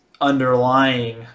underlying